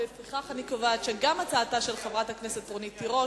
לפיכך אני קובעת שגם הצעתה של חברת הכנסת רונית תירוש